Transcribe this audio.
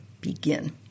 begin